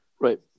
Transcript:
Right